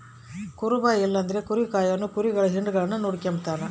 ಕುರುಬ ಇಲ್ಲಂದ್ರ ಕುರಿ ಕಾಯೋನು ಕುರಿಗುಳ್ ಹಿಂಡುಗುಳ್ನ ನೋಡಿಕೆಂಬತಾನ